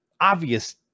obvious